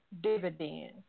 dividend